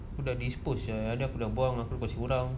aku sudah disposed sia ada aku dah lepas orang